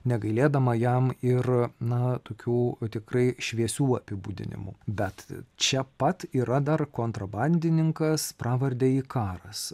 negailėdama jam ir na tokių tikrai šviesių apibūdinimų bet čia pat yra dar kontrabandininkas pravarde ikaras